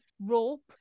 rope